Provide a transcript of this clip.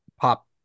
pop